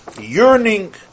yearning